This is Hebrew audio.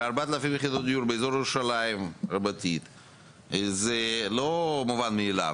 4,000 יחידות דיור באזור ירושלים רבתי זה לא מובן מאליו.